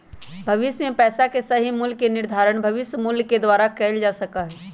भविष्य में पैसा के सही मूल्य के निर्धारण भविष्य मूल्य के द्वारा कइल जा सका हई